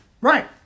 Right